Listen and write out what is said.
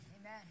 Amen